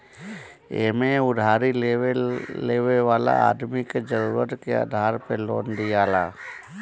एमे उधारी लेवे वाला आदमी के जरुरत के आधार पे लोन दियाला